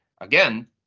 Again